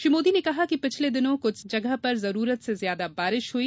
श्री मोदी ने कहा कि पिछले दिनों कुछ जगह पर जरूरत से ज्यादा बारिश हुई